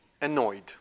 Annoyed